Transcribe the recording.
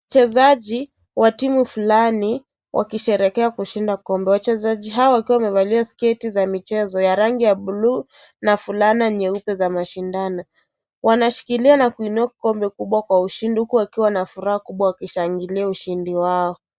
Wachezaji wa timu fulani wakisherehekea kushinda kikombe wachezaji hawa wakiwa wamevalia sketi za michezo ya rangi ya bluu na fulana nyeupe za mashindano wanashikilia na kuinua kikombe kikubwa kwa ushindi huku wakiwa na furaha kubwa huku wakishangilia ushindi wao.